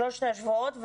בשלושת השבועות,